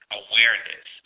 awareness